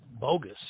bogus